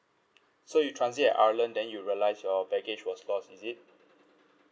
so you transit at ireland then you realise your baggage was lost is it